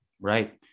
Right